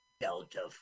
Delta